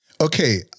Okay